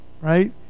right